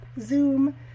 Zoom